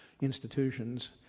institutions